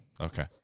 Okay